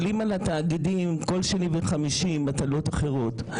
כל שני וחמישי מטילים על התאגידים מטלות אחרות.